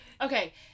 Okay